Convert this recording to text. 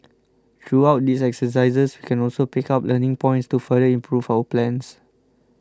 through out these exercises we can also pick up learning points to further improve our plans